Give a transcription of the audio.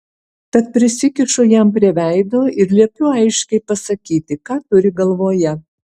tad prisikišu jam prie veido ir liepiu aiškiai pasakyti ką turi galvoje